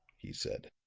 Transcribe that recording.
he said.